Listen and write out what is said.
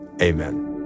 Amen